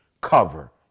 cover